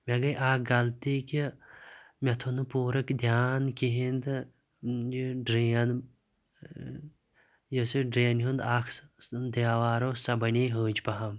مےٚ گٔے اَکھ غَلطِی کہِ مےٚ تھوو نہٕ پورٕ دِیان کِہیٖنۍ تہٕ یہِ ڈرین ٲں یُس یہِ ڈِرینہِ ہُنٛد اَکھ سُہ دیوار اوس سۄ بَنے ۂج پہَم